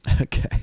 Okay